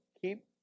Keep